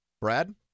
Brad